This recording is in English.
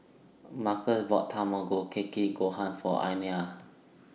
Markus bought Tamago Kake Gohan For Ayanna